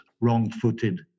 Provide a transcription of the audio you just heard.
wrong-footed